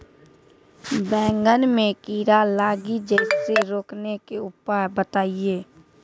बैंगन मे कीड़ा लागि जैसे रोकने के उपाय बताइए?